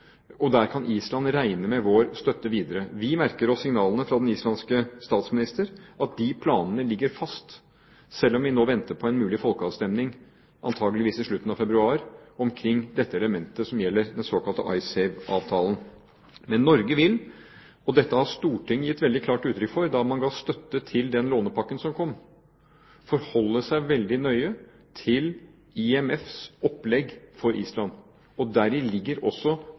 vår støtte videre. Vi merker oss signalene fra den islandske statsminister, at de planene ligger fast, selv om vi nå venter på en mulig folkeavstemning, antakeligvis i slutten av februar, omkring dette elementet som gjelder den såkalte Icesave-avtalen. Men Norge vil – og dette har Stortinget gitt veldig klart uttrykk for da man ga støtte til den lånepakken som kom – forholde seg veldig nøye til IMFs opplegg for Island, og deri ligger også